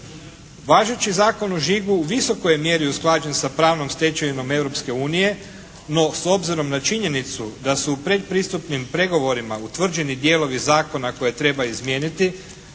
Važeći Zakon o žigu u visokoj je mjeri usklađen sa pravnom stečevinom Europske unije no s obzirom na činjenicu da su u predpristupnim pregovorima utvrđeni dijelovi zakona koje treba izmijeniti